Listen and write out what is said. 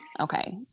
Okay